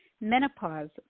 Menopause